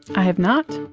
i have not